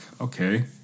okay